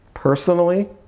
personally